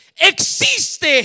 Existe